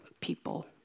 people